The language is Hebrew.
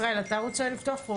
ישראל, אתה רוצה לפתוח?